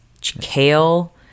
kale